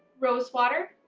rosewater,